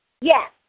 Yes